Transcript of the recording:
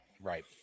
Right